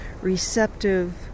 receptive